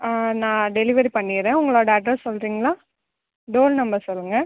ஆ நான் டெலிவரி பண்ணிகிறேன் உங்களோடய அட்ரெஸ் சொல்கிறீங்களா டோர் நம்பர் சொல்லுங்கள்